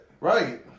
Right